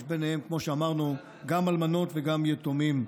יש ביניהם, כמו שאמרנו, גם אלמנות וגם יתומים.